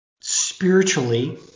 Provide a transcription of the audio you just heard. spiritually